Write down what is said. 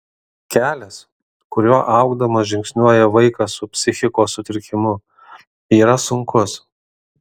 kelias kuriuo augdamas žingsniuoja vaikas su psichikos sutrikimu yra sunkus